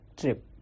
trip